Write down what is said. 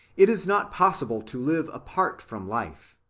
it is not possible to live apart from life,